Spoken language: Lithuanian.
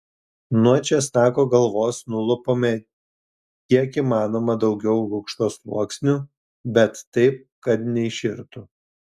nuo česnako galvos nulupame kiek įmanoma daugiau lukšto sluoksnių bet taip kad neiširtų